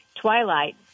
Twilight